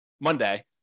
monday